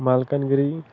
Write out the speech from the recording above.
Malkangiri